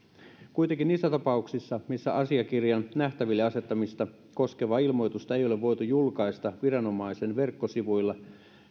kuitenkin niissä tapauksissa joissa asiakirjan nähtäville asettamista koskevaa ilmoitusta ei ole voitu julkaista viranomaisen verkkosivuilla